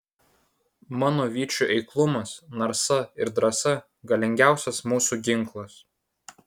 mano vyčių eiklumas narsa ir drąsa galingiausias mūsų ginklas